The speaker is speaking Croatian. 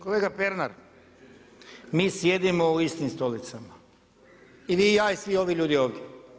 Kolega Pernar, mi sjedimo u istim stolicama i vi i ja i svi ljudi ovdje.